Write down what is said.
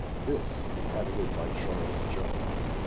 this edited by charles jones.